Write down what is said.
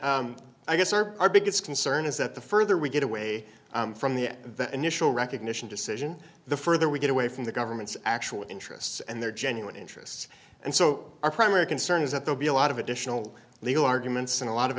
that i guess are our biggest concern is that the further we get away from the initial recognition decision the further we get away from the government's actual interests and their genuine interests and so our primary concern is that they'll be a lot of additional legal arguments and a lot of